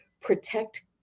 protect